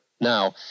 Now